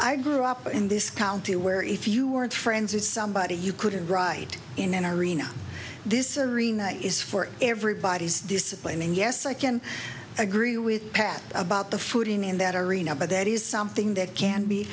i grew up in this county where if you weren't friends with somebody you could write in an arena this is for everybody's discipline and yes i can agree with pat about the footing in that arena but that is something that can be